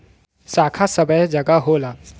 शाखा सबै जगह होला